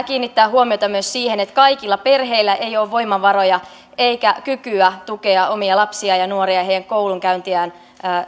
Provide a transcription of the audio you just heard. kiinnittää huomiota myös siihen että kaikilla perheillä ei ole voimavaroja eikä kykyä tukea omia lapsia ja nuoria ja heidän koulunkäyntiään